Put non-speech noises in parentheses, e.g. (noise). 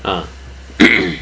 ah (noise)